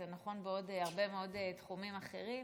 זה נכון בעוד הרבה מאוד תחומים אחרים.